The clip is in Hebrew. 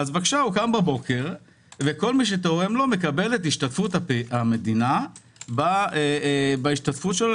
הוא קם בבוקר וכל מי שתורם לו מקבל את השתתפות המדינה בהשתתפות שלו.